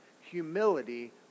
humility